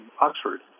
Oxford